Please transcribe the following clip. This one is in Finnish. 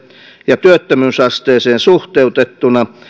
ja työttömyysasteeseen suhteutettuna